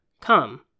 Come